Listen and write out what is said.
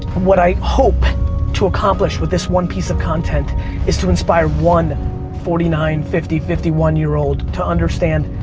what i hope to accomplish with this one piece of content is to inspire one forty nine, fifty, fifty one year old to understand